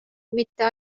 mitte